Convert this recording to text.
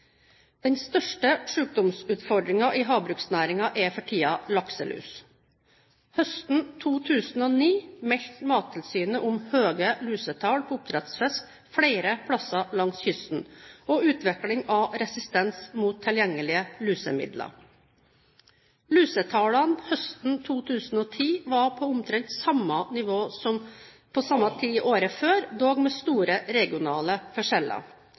Den største sykdomsutfordringen i havbruksnæringen er for tiden lakselus. Høsten 2009 meldte Mattilsynet om høye lusetall på oppdrettsfisk flere steder langs kysten og utvikling av resistens mot tilgjengelige lusemidler. Lusetallene høsten 2010 var på omtrent samme nivå som på samme tid året før, dog med store regionale forskjeller.